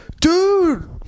dude